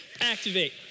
activate